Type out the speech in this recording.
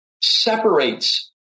separates